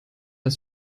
das